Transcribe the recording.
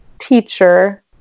teacher